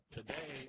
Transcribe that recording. today